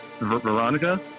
Veronica